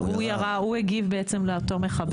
הוא בעצם הגיב לאותו מחבל.